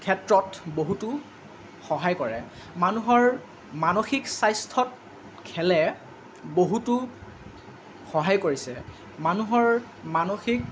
ক্ষেত্ৰত বহুতো সহায় কৰে মানুহৰ মানসিক স্বাস্থ্যত খেলে বহুতো সহায় কৰিছে মানুহৰ মানসিক